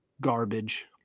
garbage